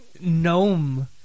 gnome